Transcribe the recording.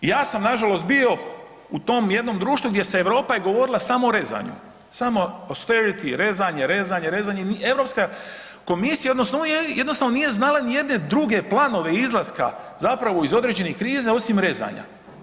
Ja sam nažalost bio u tom jednom društvu gdje Europa je govorila samo o rezanju, samo …/nerazumljivo/… rezanje, rezanje, rezanje, Europska komisija odnosno unija jednostavno nije znala ni jedne druge planove izlaska zapravo iz određenih kriza osim rezanja.